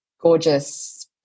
gorgeous